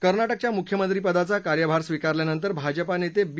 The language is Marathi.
कर्नाटकच्या मुख्यमंत्रिपदाचा कार्यभार स्वीकारल्यानंतर भाजपा नेते बी